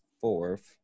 fourth